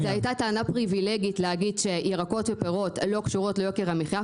זו הייתה טענה פריבילגית להגיד שירקות ופירות לא קשורות ליוקר המחיה,